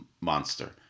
monster